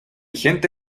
gente